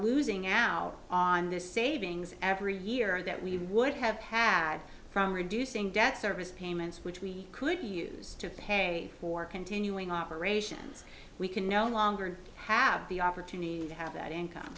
losing our on this savings every year that we would have had from reducing debt service payments which we could use to pay for continuing operations we can no longer have the opportunity to have that income